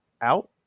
out